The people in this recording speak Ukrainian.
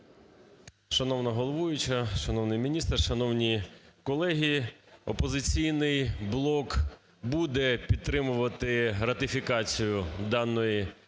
Шановна головуюча, шановний міністр, шановні колеги! "Опозиційний блок" буде підтримувати ратифікацію даної конвенції.